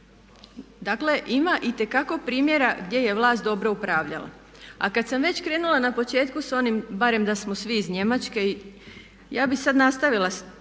Dakle, ima itekako primjera gdje je vlast dobro upravljala. A kad sam već krenula na početku sa onim barem da smo svi iz Njemačke ja bih sad nastavila